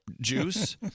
juice